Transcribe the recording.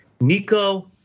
Nico